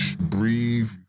breathe